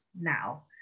now